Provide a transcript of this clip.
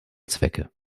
zwecke